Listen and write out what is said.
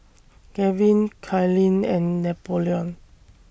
Gavyn Kylene and Napoleon